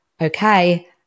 okay